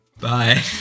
Bye